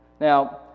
Now